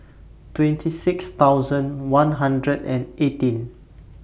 twenty six thousand one hundred and eighteen